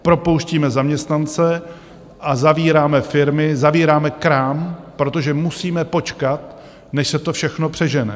Propouštíme zaměstnance a zavíráme firmy, zavíráme krám, protože musíme počkat, než se to všechno přežene.